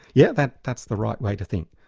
yeah, that's that's the right way to think.